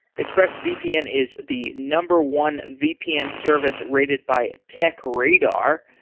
expressvpn is the number one vpn service rated by tech radar,